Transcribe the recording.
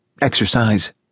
Exercise